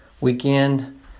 weekend